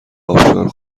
ابشار